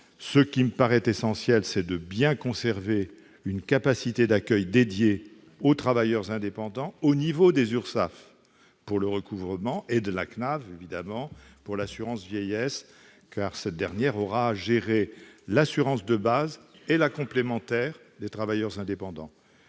Ce qui me paraît essentiel, c'est de bien conserver une capacité d'accueil dédiée aux travailleurs indépendants au niveau des URSSAF pour le recouvrement et de la CNAV pour l'assurance vieillesse, car cette dernière aura à gérer l'assurance de base et la complémentaire des travailleurs indépendants.